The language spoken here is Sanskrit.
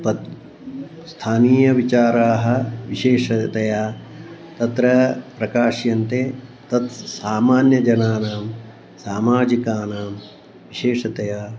पत् स्थानीयविचाराः विशेषतया तत्र प्रकाश्यन्ते तत् सामान्यजनानां सामाजिकानां विशेषतया